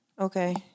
Okay